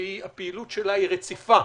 שהפעילות שלה רציפה.